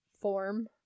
form